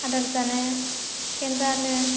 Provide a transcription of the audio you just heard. आदार जानो गेन्द्रा नो